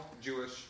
Jewish